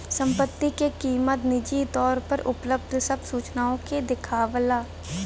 संपत्ति क कीमत निजी तौर पर उपलब्ध सब सूचनाओं के देखावला